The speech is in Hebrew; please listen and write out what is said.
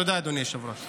תודה, אדוני היושב-ראש.